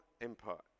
input